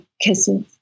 kisses